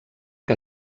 que